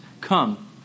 come